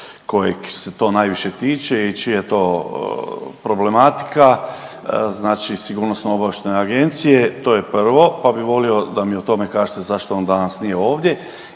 kojeg se to najviše tiče i čija je to problematika, znači, Sigurnosno-obavještajne agencije. To je prvo pa bih volio da mi o tome kažete zašto on danas nije ovdje.